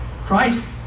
Christ